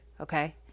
okay